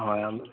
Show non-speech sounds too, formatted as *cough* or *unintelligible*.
হয় *unintelligible*